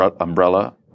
umbrella